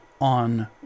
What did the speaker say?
on